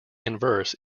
inverse